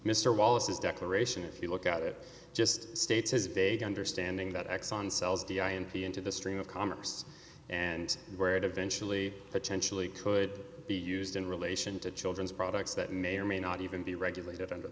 mr wallace's declaration if you look at it just states has begun or standing that exxon sells d i n p into the stream of commerce and where it eventually potentially could be used in relation to children's products that may or may not even be regulated under